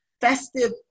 festive